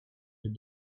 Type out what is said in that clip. had